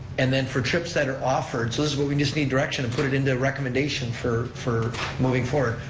and then for trips that are offered, so this is where we just need direction to put it into a recommendation for for moving forward,